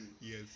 Yes